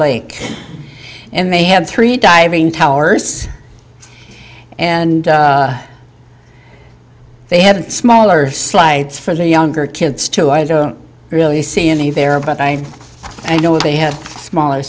lake and they had three diving towers and they have smaller slides for the younger kids too i don't really see any there but i know they had smaller